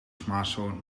smartphone